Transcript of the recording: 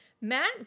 Matt